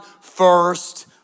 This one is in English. first